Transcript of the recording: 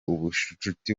ubushuti